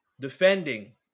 Defending